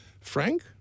frank